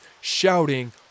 shouting